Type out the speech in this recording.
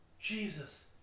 Jesus